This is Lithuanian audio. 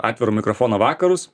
atviro mikrofono vakarus